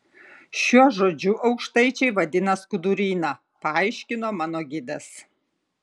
šiuo žodžiu aukštaičiai vadina skuduryną paaiškino mano gidas